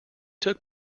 took